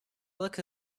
look